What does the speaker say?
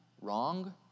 wrong